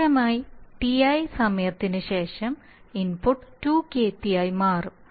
കൃത്യമായി Ti സമയത്തിന് ശേഷം ഇൻപുട്ട് 2Kp ആയി മാറും